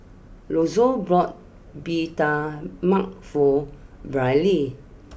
Lonzo bought Bee Tai Mak for Brylee